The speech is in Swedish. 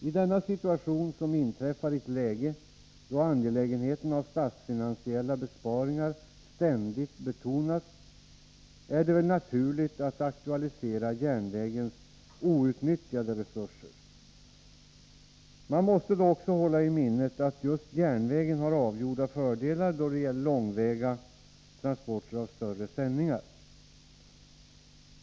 I denna situation, som inträffar i ett läge då angelägenheten av statsfinansiella besparingar ständigt betonas, är det väl naturligt att aktualisera järnvägens outnyttjade resurser. Man måste då också hålla i minnet att just järnvägen har avgjorda fördelar när det gäller långväga transporter av större sändningar.